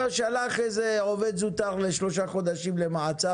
שלח איזה עובד זוטר לשלושה חודשים למעצר,